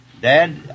Dad